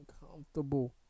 uncomfortable